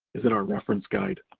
visit our reference guide.